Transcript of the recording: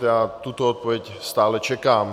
Já tuto odpověď stále čekám.